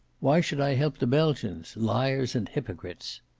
why should i help the belgians? liars and hypocrites!